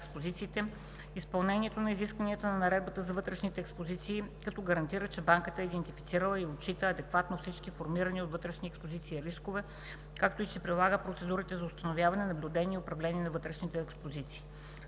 експозициите; - изпълнението на изискванията на наредбата за вътрешните експозиции, които гарантират, че банката е идентифицирала и отчита адекватно всички формирани от вътрешните експозиции рискове, както и че прилага процедурите за установяване, наблюдение и управление на вътрешните експозиции;